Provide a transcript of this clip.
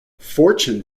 fortune